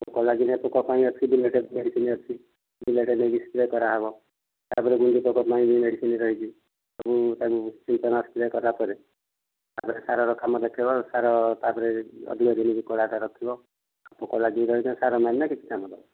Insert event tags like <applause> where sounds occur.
କଳା ଜିରା ପୋକ ପାଇଁ ଅଛି <unintelligible> ମେଡ଼ିସିନ୍ ଅଛି ବିଲରେ ନେଇକି ସ୍ପ୍ରେ କରାହବ ତାପରେ ଗୁଣ୍ଡି ପୋକ ପାଇଁ ବି ମେଡ଼ିସିନ୍ ରହିଛି ସବୁ ତାକୁ କୀଟନାଶକ ସ୍ପ୍ରେ କଲାପରେ ତାପରେ ସାରର କାମ ଦେଖେଇବ ସାର ତାପରେ ଅଧିକ ଯେମିତି କଳାଟା ରଖିବ କଳା ଜିରା ସାର ନାହିଁ ନା କିଛି ଆମର